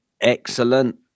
Excellent